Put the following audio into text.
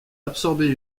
absorber